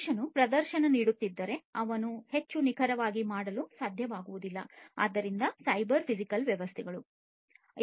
ಮನುಷ್ಯನು ಪ್ರದರ್ಶನ ನೀಡುತ್ತಿದ್ದರೆ ಅವನು ಅದನ್ನು ಹೆಚ್ಚು ನಿಖರವಾಗಿ ಮಾಡಲು ಸಾಧ್ಯವಾಗುವುದಿಲ್ಲ ಆದ್ದರಿಂದ ಸೈಬರ್ ಫಿಸಿಕಲ್ ವ್ಯವಸ್ಥೆಗಳು ಅದನ್ನು ಹೆಚ್ಚು ನಿಖರವಾಗಿ ಮಾಡಲು ಸಾಧ್ಯವಾಗುವುದು